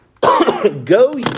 go